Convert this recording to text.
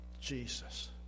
Jesus